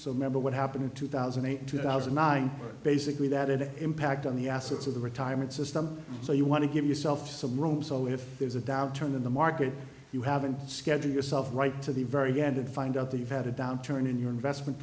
so member what happened in two thousand and eight two thousand and nine basically that an impact on the assets of the retirement system so you want to give yourself some room so if there's a downturn in the market you haven't schedule yourself right to the very end and find out they've had a downturn in your investment